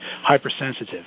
hypersensitive